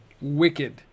Wicked